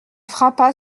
frappa